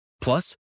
Plus